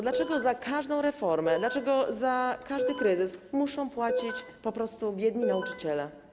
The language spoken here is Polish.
Dlaczego za każdą reformę, dlaczego za każdy kryzys muszą płacić po prostu biedni nauczyciele?